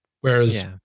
Whereas